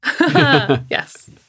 Yes